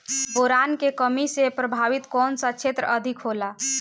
Boron के कमी से प्रभावित कौन सा क्षेत्र अधिक होला?